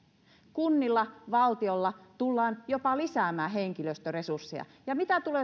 kunnilla ja valtiolla tullaan jopa lisäämään henkilöstöresursseja ja mitkä tulevat